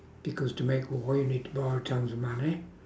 because to make war you need to borrow tons of money